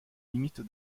limite